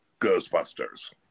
Ghostbusters